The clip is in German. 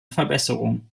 verbesserungen